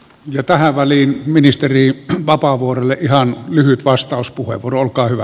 ja tähän väliin ministeri vapaavuorelle ihan lyhyt vastauspuheenvuoro olkaa hyvä